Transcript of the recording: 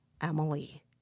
Emily